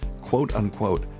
quote-unquote